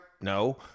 No